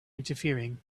interfering